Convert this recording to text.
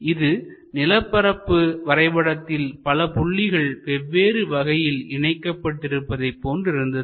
இது நிலப்பரப்பு வரைபடத்தில் பல புள்ளிகள் வெவ்வேறு வகையில் இணைக்கப்பட்டு இருப்பதைப் போன்று இருந்தது